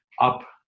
up